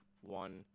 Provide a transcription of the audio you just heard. one